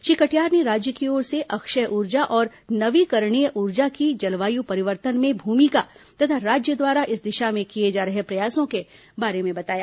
श्री कटियार ने राज्य की ओर से अक्षय ऊर्जा और नवीकरणीय ऊर्जा की जलवायु परिवर्तन में भूमिका तथा राज्य द्वारा इस दिशा में किए जा रहे प्रयासों के बारे में बताया